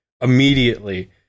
immediately